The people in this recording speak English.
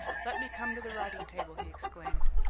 let me come to the writing-table, he exclaimed.